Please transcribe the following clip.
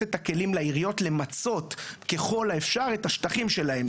את הכלים לעיריות למצות ככל האפשר את השטחים שלהם,